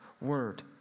word